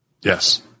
Yes